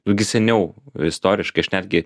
nu gi seniau istoriškai aš netgi